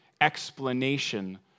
explanation